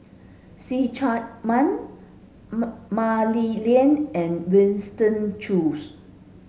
See Chak Mun Mah Li Lian and Winston Choos